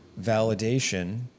validation